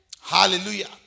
Hallelujah